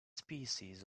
species